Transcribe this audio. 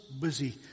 busy